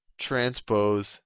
transpose